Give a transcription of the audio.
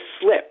slip